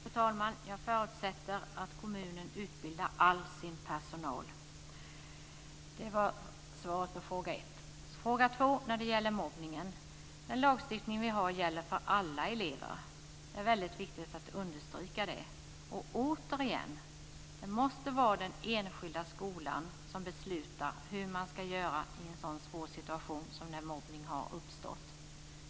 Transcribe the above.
Fru talman! Jag förutsätter att kommunen utbildar all sin personal. Det var svaret på fråga ett. Fråga två gällde mobbningen. Den lagstiftning som vi har gäller för alla elever. Det är väldigt viktigt att understryka det. Och återigen måste det vara den enskilda skolan som beslutar om hur man ska göra i en sådan svår situation som när mobbning har uppstått.